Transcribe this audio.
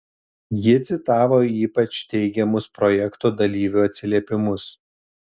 ji citavo ypač teigiamus projekto dalyvių atsiliepimus